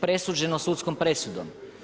Presuđeno sudskom presudom.